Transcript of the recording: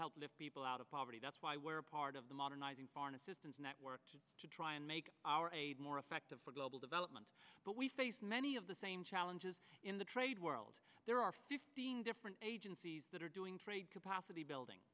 lift people out of poverty that's why we're part of the modernizing foreign assistance network to try and make our aid more effective for global development but we face many of the same challenges in the trade world there are fifteen different agencies that are doing trade capacity building